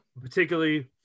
particularly